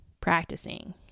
practicing